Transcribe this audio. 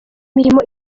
mirimo